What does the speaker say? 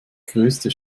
größte